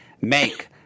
make